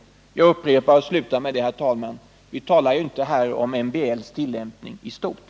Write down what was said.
Jag upprepar och avslutar med att säga att vi här inte talar om MBL:s tillämpning i stort.